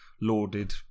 lauded